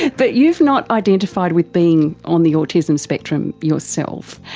but you've not identified with being on the autism spectrum yourself,